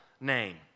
name